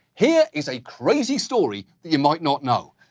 here is a crazy story that you might not know.